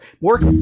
work